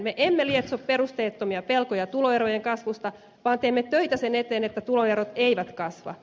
me emme lietso perusteettomia pelkoja tuloerojen kasvusta vaan teemme töitä sen eteen että tuloerot eivät kasva